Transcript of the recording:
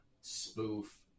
spoof